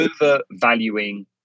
overvaluing